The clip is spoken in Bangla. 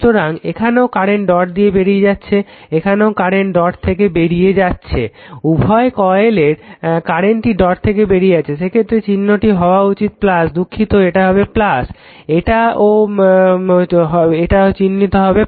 সুতরাং এখানেও কারেন্ট ডট থেকে বেরিয়ে যাচ্ছে এখানেও কারেন্ট ডট থেকে বেরিয়ে যাচ্ছে উভয় কয়েলের কারেন্টই ডট থেকে বেরিয়ে যাচ্ছে সেক্ষেত্রে এই চিহ্নটি হওয়া উচিত দুঃখিত এটা হবে এটা ও এটা তে চিহ্ন হবে